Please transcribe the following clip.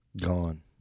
gone